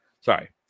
Sorry